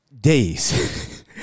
days